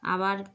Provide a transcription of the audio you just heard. আবার